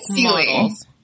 models